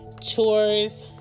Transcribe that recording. chores